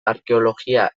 arkeologia